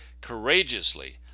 courageously